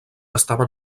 estava